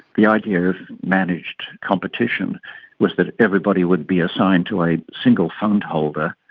the idea of managed competition was that everybody would be assigned to a single fundholder.